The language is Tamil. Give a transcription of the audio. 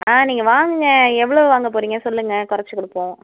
ஆ நீங்கள் வாங்குங்கள் எவ்வளோ வாங்க போறீங்க சொல்லுங்கள் கொறைச்சிக் கொடுப்போம்